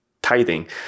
tithing